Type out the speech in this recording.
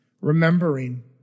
remembering